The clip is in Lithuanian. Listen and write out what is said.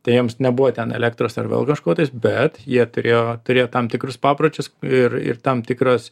tai jiems nebuvo ten elektros ar vėl kažko tais bet jie turėjo turėjo tam tikrus papročius ir ir tam tikras